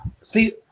See